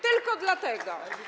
Tylko dlatego.